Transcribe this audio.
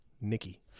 Nikki